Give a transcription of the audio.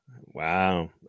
Wow